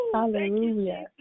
Hallelujah